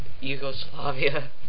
Yugoslavia